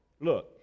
Look